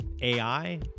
AI